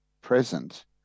present